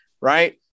right